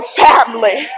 family